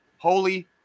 Holy